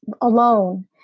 alone